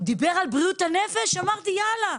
שדיבר על בריאות הנפש, אמרתי יאללה.